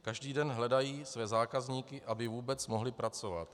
Každý den hledají své zákazníky, aby vůbec mohli pracovat.